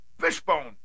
Fishbone